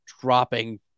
dropping